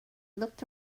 looked